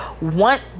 Want